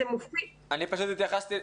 מבחינתנו,